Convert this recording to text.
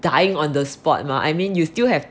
dying on the spot mah I mean you still have